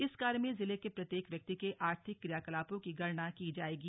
इस कार्य में जिले के प्रत्येक व्यक्ति के आर्थिक क्रियाकलापों की गणना की जाएगी